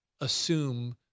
assume